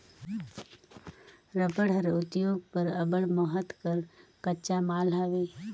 रबड़ हर उद्योग बर अब्बड़ महत कर कच्चा माल हवे